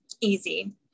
easy